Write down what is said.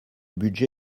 budget